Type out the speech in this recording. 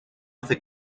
hace